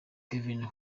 calvin